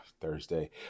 Thursday